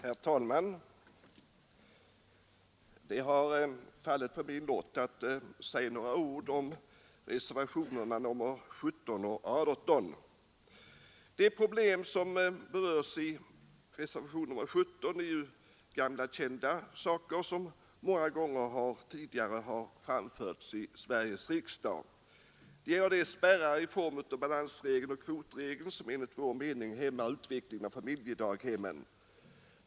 Herr talman! Det har fallit på min lott att säga några ord om reservationerna 17 och 18. De problem som berörs i reservationen 17 är gamla kända saker, som många gånger tidigare har framförts i Sveriges riksdag. Det gäller de spärrar i form av balansregeln och kvotregeln som enligt vår mening hämmar utvecklingen av familjedaghemmen.